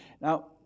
now